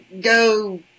Go